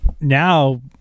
now